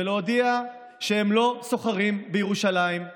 ולהודיע שהם לא סוחרים בירושלים,